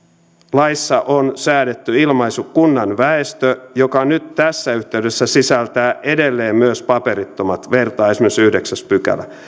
laissa on säädetty ilmaisu kunnan väestö joka nyt tässä yhteydessä sisältää edelleen myös paperittomat vertaa esimerkiksi yhdeksäs pykälä